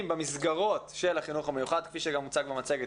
במסגרות של החינוך המיוחד כפי שגם הוצג במצגת,